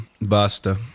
Basta